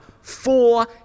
Four